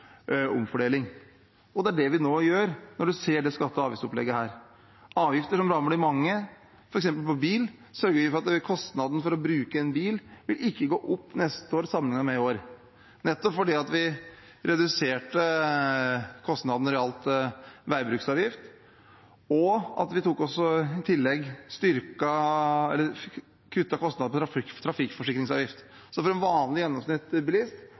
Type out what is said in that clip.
omfordeling. Det er det vi nå gjør i dette skatte- og avgiftsopplegget. Når det gjelder avgifter som rammer de mange, f.eks. på bil, sørger vi for at kostnadene for å bruke en bil ikke vil gå opp neste år sammenlignet med i år, nettopp fordi vi reduserte kostnadene når det gjaldt veibruksavgift, og i tillegg kuttet kostnadene på trafikkforsikringsavgift. Så for en vanlig bilist, en gjennomsnittsbilist, vil ikke kostnadene gå opp, de vil stå stille, men for en